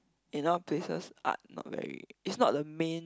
in a lot places art not very it's not the main